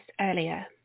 earlier